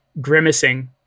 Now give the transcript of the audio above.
grimacing